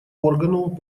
органу